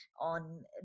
on